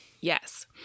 Yes